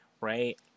right